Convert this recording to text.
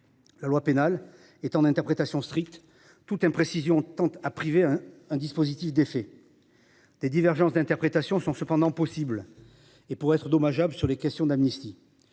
La loi pénale étant d’interprétation stricte, toute imprécision tend à priver un dispositif d’effet. Des divergences d’interprétation sont cependant possibles et pourraient être dommageables sur des questions d’amnistie.